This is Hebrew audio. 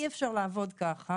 אי אפשר לעבוד ככה